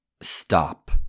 stop